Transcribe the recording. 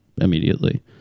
immediately